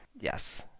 yes